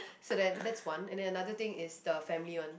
so then that one's and then another things is the family one